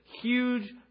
huge